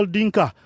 Dinka